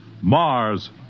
Mars